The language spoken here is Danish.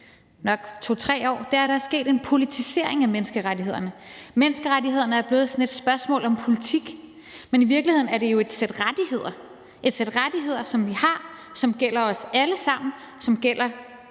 nok 2-3 år, er, at der er sket en politisering af menneskerettighederne. Menneskerettighederne er blevet sådan et spørgsmål om politik. Men i virkeligheden er det jo et sæt rettigheder, som vi har, og som gælder os alle sammen, gælder